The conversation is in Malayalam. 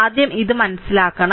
ആദ്യം ഇത് മനസ്സിലാക്കണം